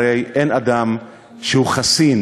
הרי אין אדם שהוא חסין